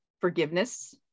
forgiveness